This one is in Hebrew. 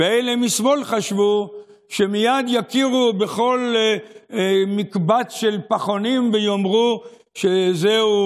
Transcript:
אלה משמאל חשבו שמייד יכירו בכל מקבץ של פחונים ויאמרו שזהו